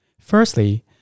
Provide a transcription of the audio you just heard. Firstly